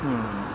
ହୁଁ ହୁଁ